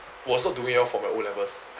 was not doing well for my O levels